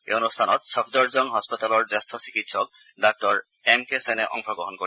এই অনুষ্ঠানত সফডৰজং হস্পাতালৰ জ্যেষ্ঠ চিকিৎসক ডাঃ এম কে সেনে অংশগ্ৰহণ কৰিব